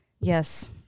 Yes